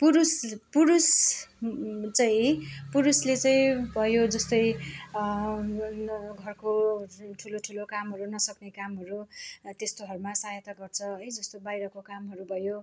पुरुष पुरुष चाहिँ पुरुषले चाहिँ भयो जस्तै घरको ठुलो ठुलो कामहरू नसक्ने कामहरू त्यस्तोहरूमा सहायता गर्छ है जस्तो बाहिरको कामहरू भयो